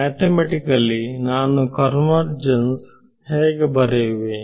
mathematically ನಾನು convergence ಹೇಗೆ ಬರೆಯುವೆ